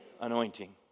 anointing